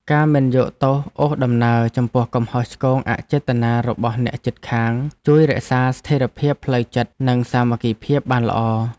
ការមិនយកទោសអូសដំណើរចំពោះកំហុសឆ្គងអចេតនារបស់អ្នកជិតខាងជួយរក្សាស្ថិរភាពផ្លូវចិត្តនិងសាមគ្គីភាពបានល្អ។